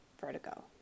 Vertigo